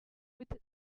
with